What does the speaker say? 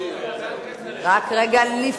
רק רגע,